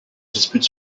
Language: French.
dispute